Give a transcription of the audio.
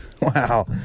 Wow